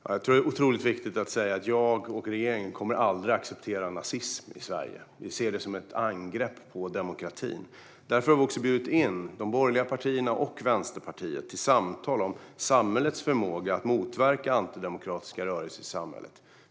Herr talman! Jag tror att det är otroligt viktigt att säga att jag och regeringen aldrig kommer att acceptera nazism i Sverige. Vi ser det som ett angrepp på demokratin. Därför har vi bjudit in de borgerliga partierna och Vänsterpartiet till samtal om samhällets förmåga att motverka antidemokratiska rörelser i samhället.